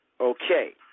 Okay